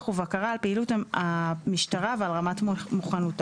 ובקרה על פעילות המשטרה ועל רמת מוכנותה.